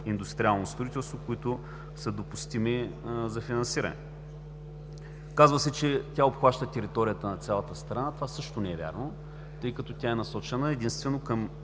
индустриално строителство, които са допустими за финансиране. Казва се, че тя обхваща територията на цялата страна. Това също не е вярно, тъй като е насочена единствено към